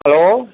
hello